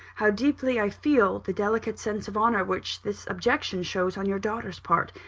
how deeply i feel the delicate sense of honour which this objection shows on your daughter's part.